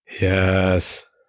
Yes